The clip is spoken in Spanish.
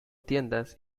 tiendas